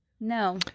No